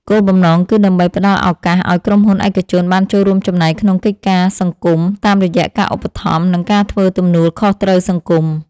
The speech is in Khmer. គោលបំណងគឺដើម្បីផ្ដល់ឱកាសឱ្យក្រុមហ៊ុនឯកជនបានចូលរួមចំណែកក្នុងកិច្ចការសង្គមតាមរយៈការឧបត្ថម្ភ និងការធ្វើទំនួលខុសត្រូវសង្គម។